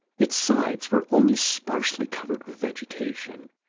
its sides were only sparsely covered with vegetation,